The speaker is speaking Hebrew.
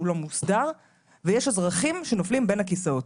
לא מוסדר ויש אזרחים שנופלים בין הכיסאות,